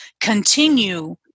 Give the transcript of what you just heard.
continue